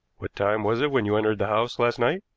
what time was it when you entered the house last night?